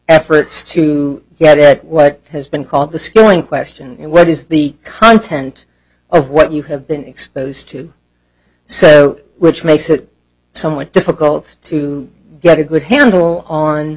efforts to get at what has been called the schooling question what is the content of what you have been exposed to so which makes it somewhat difficult to get a good handle on